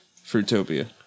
Fruitopia